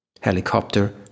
Helicopter